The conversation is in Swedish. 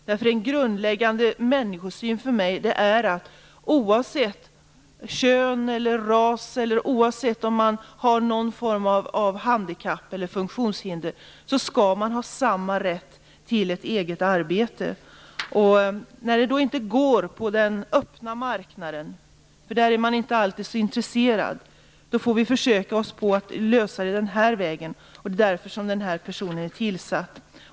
Den grundläggande människosynen för mig är att man oavsett kön, ras eller någon form av handikapp eller funktionshinder skall ha samma rätt till ett eget arbete. När detta då inte går på den öppna marknaden - där är man inte alltid så intresserad - får vi försöka att lösa det hela den här vägen. Det är därför som denna person är tillsatt.